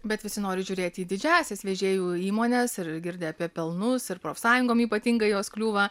bet visi nori žiūrėti į didžiąsias vežėjų įmones ir girdi apie pelnus ir profsąjungom ypatingai jos kliūva